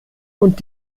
und